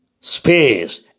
space